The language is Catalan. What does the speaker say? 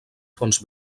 fons